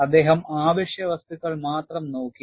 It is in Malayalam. അദ്ദേഹം അവശ്യവസ്തുക്കൾ മാത്രം നോക്കി